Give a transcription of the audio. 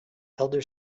elder